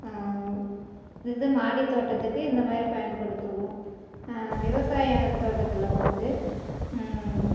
இது மாடி தோட்டத்துக்கு இந்தமாதிரி பயன்படுத்துவோம் விவசாயம் தோட்டத்தில் வந்து